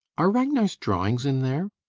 are ragnar's drawings in there?